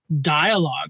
dialogue